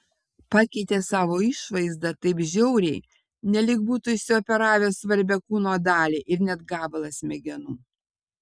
pakeitė savo išvaizdą taip žiauriai nelyg būtų išsioperavęs svarbią kūno dalį ir net gabalą smegenų